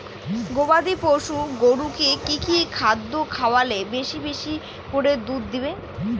গবাদি পশু গরুকে কী কী খাদ্য খাওয়ালে বেশী বেশী করে দুধ দিবে?